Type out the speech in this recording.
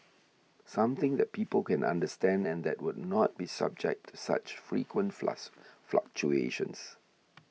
something that people can understand and that would not be subject to such frequent fluctuations